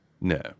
no